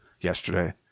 yesterday